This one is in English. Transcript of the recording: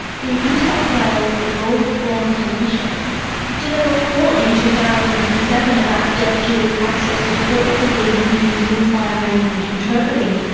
the new south wales law reform commission did a report in two thousand and seven about deaf jurors' access to court proceedings using sign language interpreting,